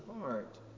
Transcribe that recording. heart